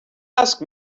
ask